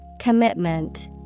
Commitment